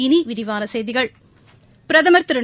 இனி விரிவான செய்திகள் பிரதமர் திரு